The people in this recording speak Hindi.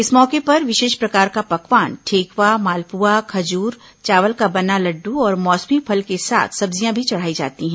इस मौके पर विशेष प्रकार का पकवान ठेकवा मालपुआ खजूर चावल का बना लड्डू और मौसमी फल के साथ सब्जियां भी चढ़ाई जाती हैं